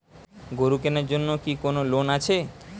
গরু কেনার জন্য কি কোন লোন আছে?